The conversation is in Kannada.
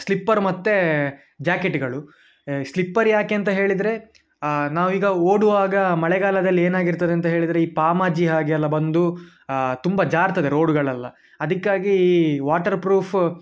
ಸ್ಲಿಪ್ಪರ್ ಮತ್ತು ಜಾಕೆಟುಗಳು ಸ್ಲಿಪ್ಪರ್ ಯಾಕಂತ ಹೇಳಿದರೆ ನಾವೀಗ ಓಡುವಾಗ ಮಳೆಗಾಲದಲ್ಲಿ ಏನಾಗಿರ್ತದೆ ಅಂತ ಹೇಳಿದರೆ ಈ ಪಮಾಜಿ ಹಾಗೆ ಎಲ್ಲ ಬಂದು ತುಂಬ ಜಾರ್ತದೆ ರೋಡುಳೆಲ್ಲ ಅದಕ್ಕಾಗಿ ಈ ವಾಟರ್ ಪ್ರೂಫ್